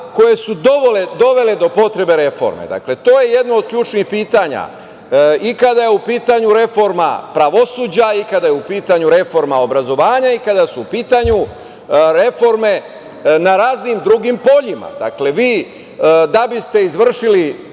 koje su dovele do potrebe reforme. Dakle, to je jedno od ključnih pitanja i kada je u pitanju reforma pravosuđa i kada je u pitanju reforma obrazovanja i kada su pitanju reforme na raznim drugim poljima. Dakle, vi da biste izvršili